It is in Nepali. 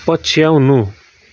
पछ्याउनु